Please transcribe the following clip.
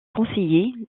conseillers